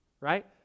right